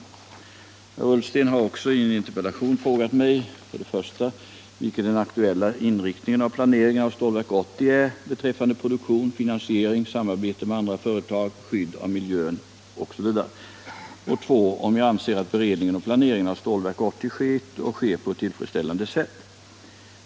Herr Ullsten har också i en interpellation frågat mig 1. vilken den aktuella inriktningen av planeringen av Stålverk 80 är beträffande produktion, finansiering, samarbete med andra företag, skydd av miljön etc. och 2. om jag anser att beredningen och planeringen av Stålverk 80 skett och sker på ett tillfredsställande sätt.